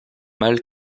mal